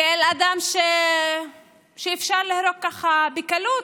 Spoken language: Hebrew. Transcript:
כאל אדם שאפשר להרוג כך בקלות.